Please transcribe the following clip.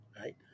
right